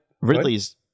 Ridley's